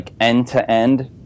end-to-end